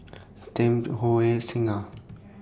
Tempt Huawei Singha